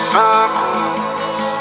circles